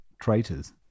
Traitors